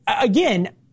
again